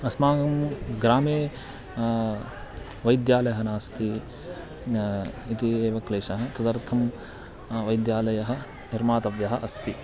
अस्माकं ग्रामे वैद्यालयः नास्ति इति एव क्लेशः तदर्थं वैद्यालयः निर्मातव्यः अस्ति